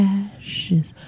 ashes